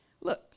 look